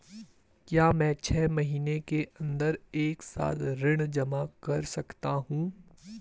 क्या मैं छः महीने के अन्दर एक साथ ऋण जमा कर सकता हूँ?